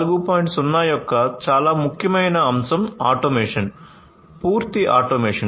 0 యొక్క చాలా ముఖ్యమైన అంశం ఆటోమేషన్ పూర్తి ఆటోమేషన్